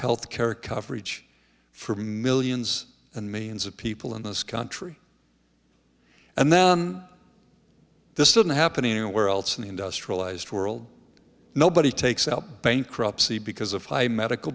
health care coverage for millions and millions of people in this country and then this isn't happening anywhere else in the industrialized world nobody takes out bankruptcy because of high medical